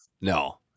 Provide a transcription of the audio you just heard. no